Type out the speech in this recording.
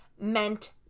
meant